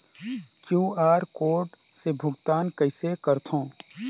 QR code से भुगतान कइसे करथव?